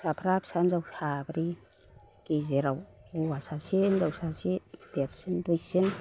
फिसाफ्रा फिसा हिनजावफ्रा साब्रै गेजेराव हौवा सासे हिनजाव सासे देरसिन दुइसिन